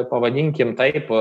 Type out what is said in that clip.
pavadinkim taip